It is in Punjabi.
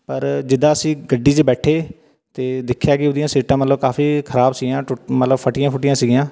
ਪਰ ਜਿੱਦਾਂ ਅਸੀਂ ਗੱਡੀ 'ਚ ਬੈਠੇ ਅਤੇ ਦੇਖਿਆ ਕਿ ਉਹਦੀਆਂ ਸੀਟਾਂ ਮਤਲਬ ਕਾਫੀ ਖਰਾਬ ਸੀਆਂ ਟੁ ਮਤਲਬ ਫਟੀਆਂ ਫੁਟੀਆਂ ਸੀਗੀਆਂ